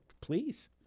please